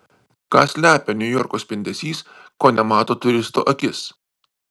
ką slepia niujorko spindesys ko nemato turisto akis